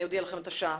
אני אודיע לכם את השעה.